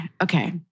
Okay